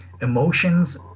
Emotions